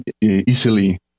easily